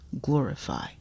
glorify